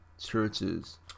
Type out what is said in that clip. churches